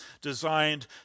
designed